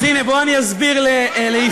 אז הנה, בוא אני אסביר לעיסאווי.